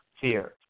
fear